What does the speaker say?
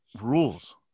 rules